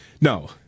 No